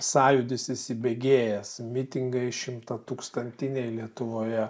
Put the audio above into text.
sąjūdis įsibėgėjęs mitingai šimtatūkstantinėj lietuvoje